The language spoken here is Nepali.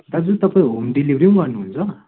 दाजु तपाईँ होम डेलिभरी पनि गर्नुहुन्छ